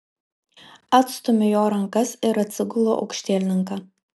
atstumiu jo rankas ir atsigulu aukštielninka